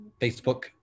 facebook